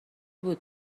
بود